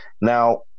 Now